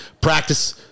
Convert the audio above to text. practice